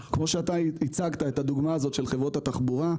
כמו שאתה הצגת את הדוגמה הזאת של חברות התחבורה,